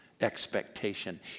expectation